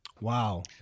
Wow